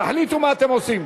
תחליטו מה אתם עושים.